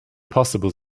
possible